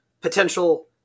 potential